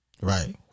Right